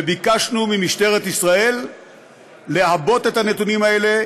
וביקשנו ממשטרת ישראל לעבות את הנתונים האלה,